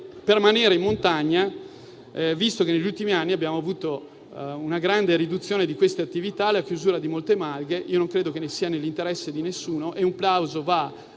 permanere in montagna, visto che negli ultimi anni abbiamo avuto una grande riduzione di tali attività e la chiusura di molte malghe, e non credo sia nell'interesse di nessuno. Un plauso va